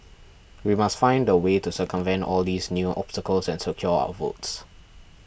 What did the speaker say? we must find a way to circumvent all these new obstacles and secure our votes